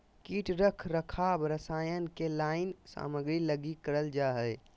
कीट रख रखाव रसायन के लाइन सामग्री लगी करल जा हइ